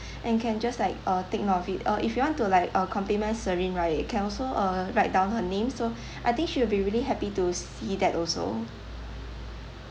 and can just like uh take note of it uh if you want to like uh compliment serene right you can also uh write down her name so I think she will be really happy to see that also